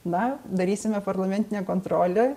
na darysime parlamentinę kontrolę